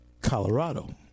Colorado